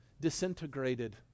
disintegrated